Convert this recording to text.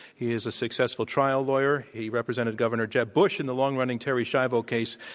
he is a successful trial lawyer. he represented governor jeb bush in the long-running terri shiavo case,